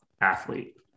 athlete